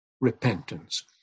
repentance